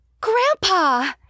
Grandpa